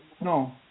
no